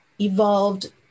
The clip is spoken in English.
evolved